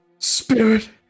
Spirit